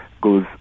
goes